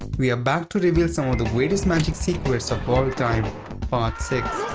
we are back to reveal some of the greatest magic secrets of all time part six.